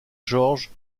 georges